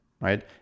right